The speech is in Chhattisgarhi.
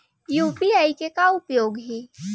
यू.पी.आई के का उपयोग हे?